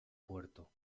puerto